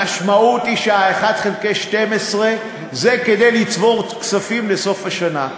המשמעות היא ש-1 חלקי 12 זה כדי לצבור כספים לסוף השנה.